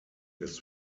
ist